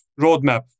roadmap